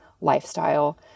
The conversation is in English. lifestyle